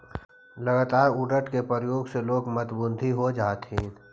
लगातार उड़द के प्रयोग से लोग मंदबुद्धि हो जा हथिन